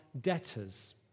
debtors